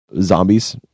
Zombies